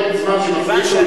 כל זמן שמפריעים לו, הוא יקבל.